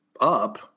up